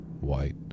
white